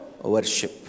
worship